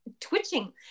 twitching